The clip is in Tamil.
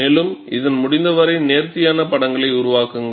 மேலும் இதன் முடிந்தவரை நேர்த்தியான படங்களை உருவாக்குங்கள்